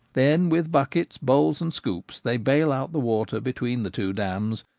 then with buckets, bowls, and scoops they bale out the water between the two dams,